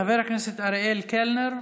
חבר הכנסת אריאל קלנר,